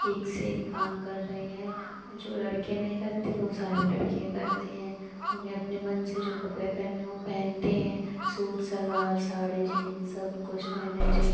एक से एक काम कर रही हैं जो लड़के नहीं करते वे सारे लड़कियाँ करती हैं उन्हें अपने मन से जो कपड़े पहनने वे पहनती हैं सूट सलवार साड़ी जींस सब कुछ नई नई चीज़